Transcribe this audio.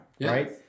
right